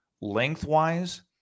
lengthwise